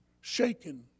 Shaken